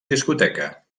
discoteca